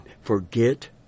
forget